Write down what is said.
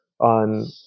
on